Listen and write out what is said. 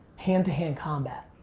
hand to hand combat.